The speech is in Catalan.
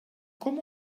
com